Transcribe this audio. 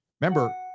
remember